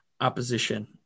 opposition